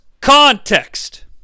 context